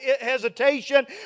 hesitation